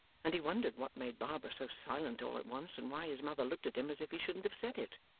and he wondered what made barbara so silent all at once, and why his mother looked at him as if he shouldn't have said it.